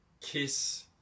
kiss